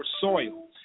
soil